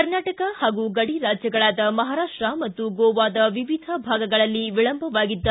ಕರ್ನಾಟಕ ಹಾಗೂ ಗಡಿ ರಾಜ್ಯಗಳಾದ ಮಹಾರಾಷ್ಟ ಮತ್ತು ಗೋವಾದ ವಿವಿಧ ಭಾಗಗಳಲ್ಲಿ ವಿಳಂಬವಾಗಿದ್ದ